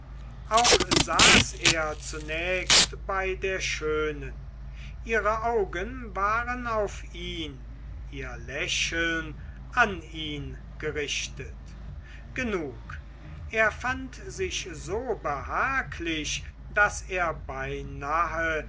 auch saß er zunächst bei der schönen ihre augen waren auf ihn ihr lächeln an ihn gerichtet genug er fand sich so behaglich daß er beinahe